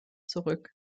zurück